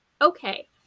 okay